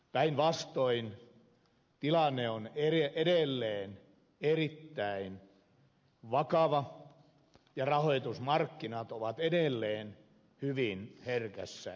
päinvastoin tilanne on edelleen erittäin vakava ja rahoitusmarkkinat ovat edelleen hyvin herkässä tilassa